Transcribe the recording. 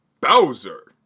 Bowser